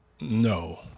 No